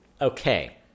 Okay